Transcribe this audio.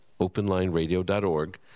openlineradio.org